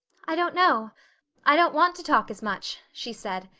i don't know i don't want to talk as much, she said,